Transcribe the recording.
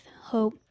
hope